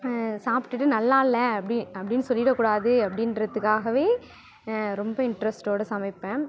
சாப்பிடுட்டு நல்லாயில்ல அப்படி அப்படின்னு சொல்லிட கூடாது அப்படின்றத்துக்காகவே ரொம்ப இன்ட்ரெஸ்ட்டோட சமைப்பேன்